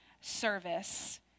service